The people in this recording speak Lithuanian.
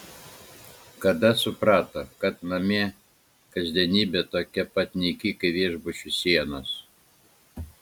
kada suprato kad namie kasdienybė tokia pat nyki kaip viešbučių sienos